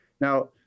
Now